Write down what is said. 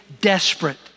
desperate